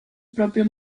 propio